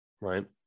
right